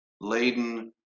laden